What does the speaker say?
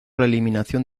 eliminación